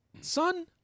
son